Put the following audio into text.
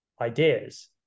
ideas